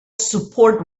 support